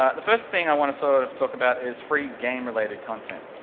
ah the first thing i want to sort of talk about is free game-related content,